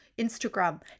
Instagram